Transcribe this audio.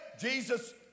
Jesus